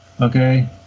okay